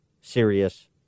serious